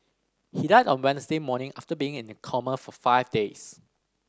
he died on Wednesday morning after being in a coma for five days